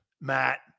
Matt